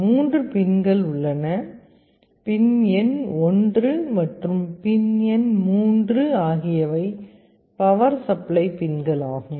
3 பின்களும் உள்ளன பின் எண் 1 மற்றும் பின் எண் 3 ஆகியவை பவர் சப்ளை பின்களாகும்